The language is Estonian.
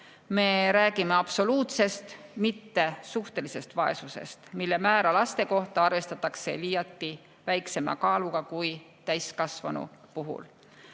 me räägime absoluutsest, mitte suhtelisest vaesusest, mille määra lapse kohta arvestatakse liiati väiksema kaaluga kui täiskasvanu puhul.